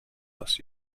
last